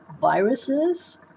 viruses